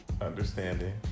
understanding